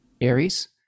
Aries